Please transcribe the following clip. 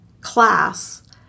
class